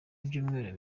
y’ibyumweru